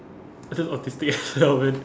that's just autistic as hell man